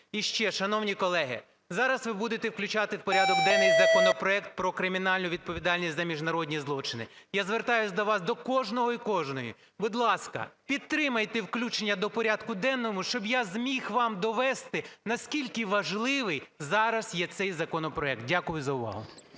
І ще, шановні колеги. Зараз ви будете включати у порядок денний законопроект про кримінальну відповідальність за міжнародні злочини. Я звертаюся до вас, до кожного і кожної, будь ласка, підтримайте включення до порядку денного, щоб я зміг вам довести, наскільки важливий зараз є цей законопроект. Дякую за увагу.